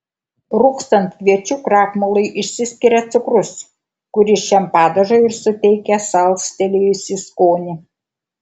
rūgstant kviečių krakmolui išsiskiria cukrus kuris šiam padažui ir suteikia salstelėjusį skonį